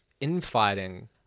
infighting